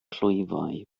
clwyfau